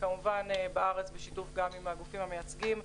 וכמובן בארץ בשיתוף גם עם הגופים המייצגים,